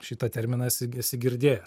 šitą terminą esi esi girdėjęs